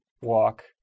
walk